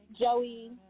joey